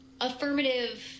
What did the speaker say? affirmative